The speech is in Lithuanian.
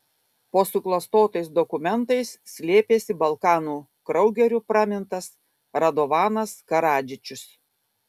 po suklastotais dokumentais slėpėsi balkanų kraugeriu pramintas radovanas karadžičius